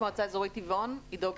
אזורית טבעון?